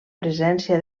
presència